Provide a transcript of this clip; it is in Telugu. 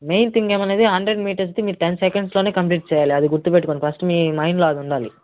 మెయిన్ థింగ్ ఏమనేది హండ్రెడ్ మీటర్స్ది మీరు టెన్ సెకండ్స్లోనే కంప్లీట్ చెయ్యాలి అది గుర్తుపెట్టుకోండి ఫస్టు మీ మైండ్లో అదుండాలి